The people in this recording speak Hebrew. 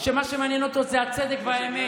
שמה שמעניין אותו זה הצדק והאמת.